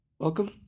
Welcome